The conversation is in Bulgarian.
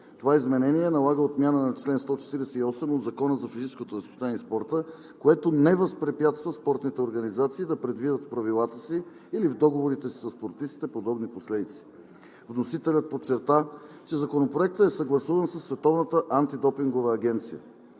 Това изменение налага отмяна на чл. 148 от Закона за физическото възпитание и спорта, което не възпрепятства спортните организации да предвидят в правилата си или в договорите си със спортистите подобни последици. Вносителят подчерта, че Законопроектът е съгласуван със